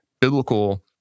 biblical